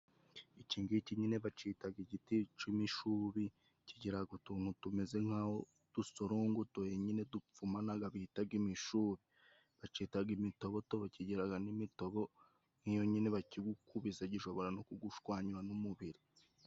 Ikingiki nyine bacitaga igiti c'imishubi ;kigira utuntu tumeze nkaho dusorongotoye nyine dupfumanaga bitaga imishubi, bacitaga imitobotobo kigiraga n'imitobo nk'iyo nyine bakigukubise gishobora no kugushwanyura n'umubiri.